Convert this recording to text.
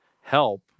help